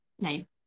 name